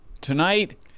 tonight